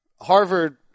Harvard